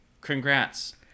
congrats